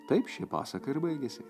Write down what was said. taip ši pasaka ir baigėsi